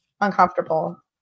uncomfortable